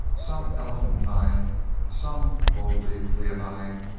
some elephantine, some boldly leonine,